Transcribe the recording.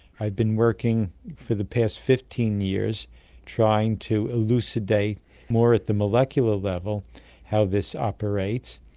i've been working for the past fifteen years trying to elucidate more at the molecular level how this operates,